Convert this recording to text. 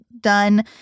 done